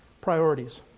priorities